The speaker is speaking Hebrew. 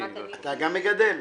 אתה גם מגדל.